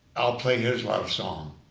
i'll play his love song